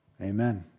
Amen